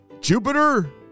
Jupiter